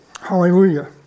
Hallelujah